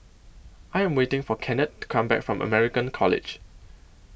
I Am waiting For Kennard Come Back from American College